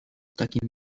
takim